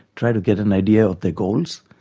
try to get an idea of their goals,